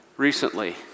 Recently